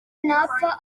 ntapfa